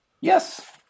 Yes